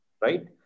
right